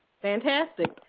fantastic.